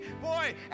Boy